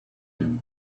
him